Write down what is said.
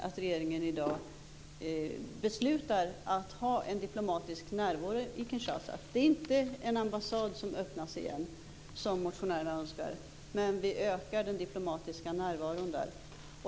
Det är inte fråga om att öppna en ambassad, som motionärerna önskar, men vi ökar den diplomatiska närvaron där.